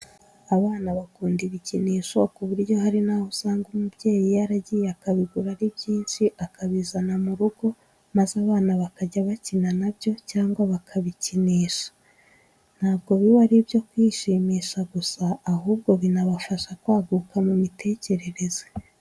Abana bakunda ibikinisho ku buryo hari naho usanga umubyeyi yaragiye akabigura ari byinshi akabizana mu rugo, maze abana bakajya bakina na byo cyangwa bakabikinisha. Ntabwo biba ari ibyo kwishimisha gusa ahubwo binabafafasha kwaguka mu mitekerereze.